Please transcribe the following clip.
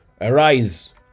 Arise